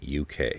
uk